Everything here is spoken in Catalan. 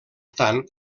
tant